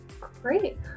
great